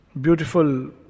beautiful